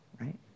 right